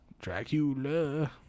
Dracula